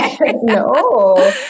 No